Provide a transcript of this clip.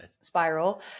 spiral